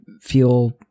feel